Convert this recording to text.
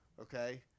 okay